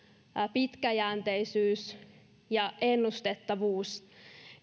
pitkäjänteisyys ja ennustettavuus